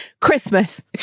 Christmas